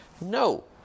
No